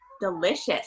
delicious